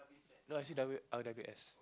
no I saw W r_w_s